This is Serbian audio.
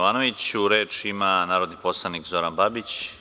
Reč ima narodni poslanik Zoran Babić.